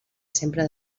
sempre